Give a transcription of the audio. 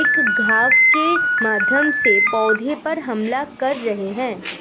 एक घाव के माध्यम से पौधे पर हमला कर रहे हैं